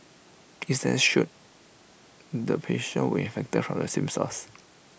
IT should the patients were infected from the same source